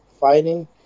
fighting